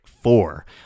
Four